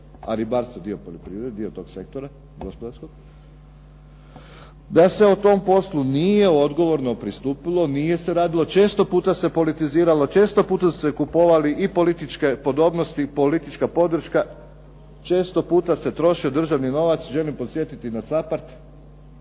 a ribarstvo je dio tog gospodarskog sektora, da se tom poslu nije odgovorno pristupilo, nije se radilo. Često puta se politiziralo, često puta su se kupovali i političke podobnosti i politička podrška, često puta se troši državni novac. I želim podsjetiti na SAPARD